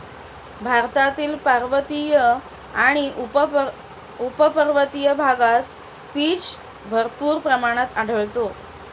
भारतातील पर्वतीय आणि उपपर्वतीय भागात पीच भरपूर प्रमाणात आढळते